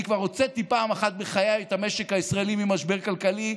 אני כבר הוצאתי פעם אחת בחיי את המשק הישראלי ממשבר כלכלי,